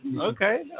Okay